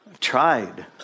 tried